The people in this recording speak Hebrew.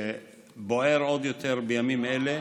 ובוער עוד יותר בימים אלה,